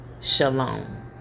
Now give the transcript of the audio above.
Shalom